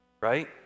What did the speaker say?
right